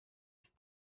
ist